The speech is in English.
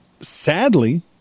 sadly